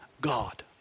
God